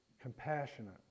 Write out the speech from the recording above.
compassionate